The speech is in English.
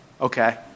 okay